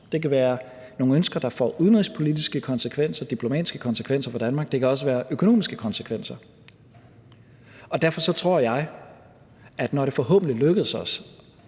Det kan være nogle ønsker, der får udenrigspolitiske konsekvenser, diplomatiske konsekvenser, for Danmark, og det kan også være økonomiske konsekvenser. Derfor tror jeg, at når det forhåbentlig lykkes os